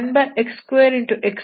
ಅದೇ ರೀತಿಯಲ್ಲಿ 1x2